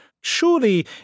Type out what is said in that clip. Surely